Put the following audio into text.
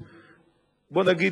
גם,